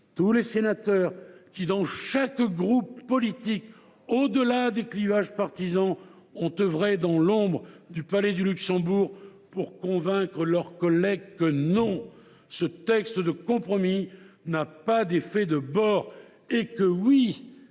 tous les sénateurs qui, dans chaque groupe politique, au delà des clivages partisans, ont œuvré dans l’ombre du Palais du Luxembourg pour convaincre leurs collègues que, non, ce texte de compromis n’a pas d’effets de bord, et que, oui,